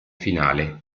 finale